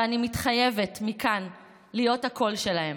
ואני מתחייבת מכאן להיות הקול שלהם,